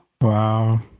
wow